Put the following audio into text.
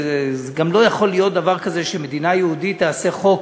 וגם לא יכול להיות דבר כזה שמדינה יהודית תעשה חוק